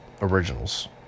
originals